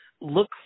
look